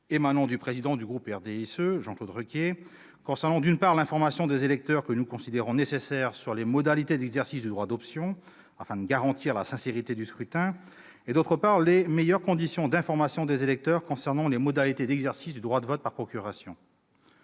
émanant du président de mon groupe, Jean-Claude Requier, concernant, d'une part, l'information des électeurs, que nous considérons nécessaire, sur les modalités d'exercice du droit d'option, afin de garantir la sincérité du scrutin, et, d'autre part, les meilleures conditions d'information des électeurs quant aux modalités d'exercice du droit de vote par procuration.